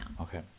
Okay